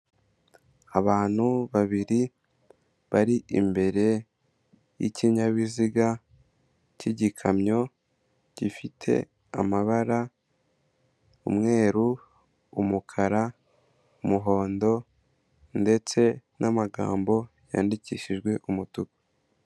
Abantu babiri bari imbere y'ikinyabiziga cy'igikamyo gifite amabara: umweru, umukara, umuhondo, ndetse n'amagambo yandikishijwe umutuku.